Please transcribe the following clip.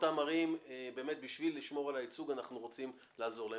ואותן ערים בשביל לשמור על הייצוג אנחנו רוצים לעזור להן.